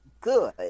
good